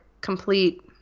complete